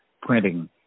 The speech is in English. printing